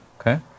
okay